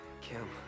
Kim